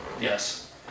yes